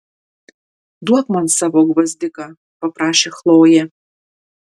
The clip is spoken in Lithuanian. duok man savo gvazdiką paprašė chlojė